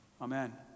amen